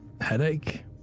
headache